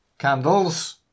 Candles